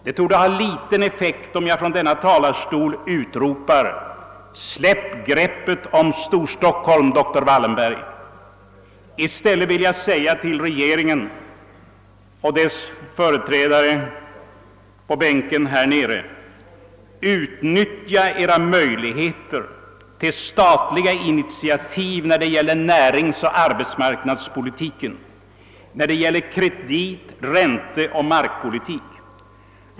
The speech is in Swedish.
Det torde ha liten effekt om jag från denna talarstol utropar: Släpp greppet om Storstockholm, doktor Wallenberg! I stället vill jag säga till regeringen och dess företrädare på bänken här nere: Utnyttja edra möjligheter till statliga initiativ när det gäller näringsoch arbetsmarknadspolitiken, när det gäller kredit-, ränteoch markpolitiken!